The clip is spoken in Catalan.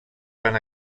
van